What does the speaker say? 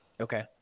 Okay